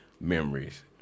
memories